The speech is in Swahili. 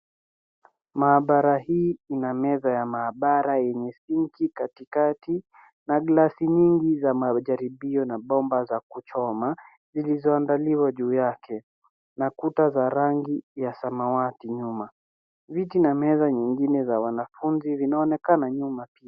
Maabara hii ina meza ya maabara yenye sinki katikati na glasi nyingi za majaribio na bomba za kuchoma zilizoandaliwa juu yake na kuta za rangi ya samawati nyuma. Viti na meza nyingine za wanafunzi zinaonekana nyuma pia.